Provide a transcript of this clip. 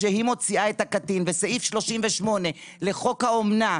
כשהיא מוציאה את הקטין וסעיף 38 לחוק האומנה,